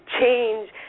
change